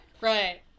Right